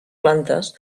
plantes